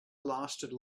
lasted